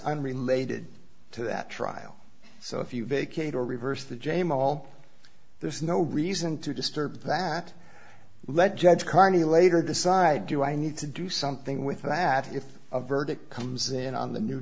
unrelated to that trial so if you vacate or reverse the jame all there's no reason to disturb that lead judge carney later decide do i need to do something with that if a verdict comes in on the new